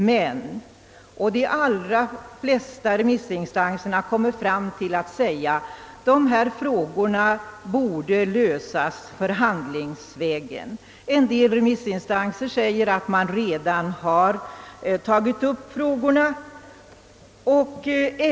Dessa frågor borde dock lösas förhandlingsvägen, vilket också de allra flesta remissinstanser anser. En del remissinstanser säger att dessa frågor redan tagits upp.